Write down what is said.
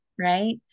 Right